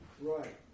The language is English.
Right